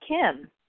Kim